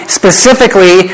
specifically